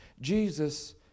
Jesus